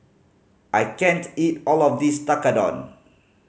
I can't eat all of this Tekkadon